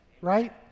Right